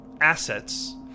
assets